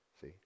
see